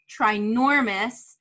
trinormous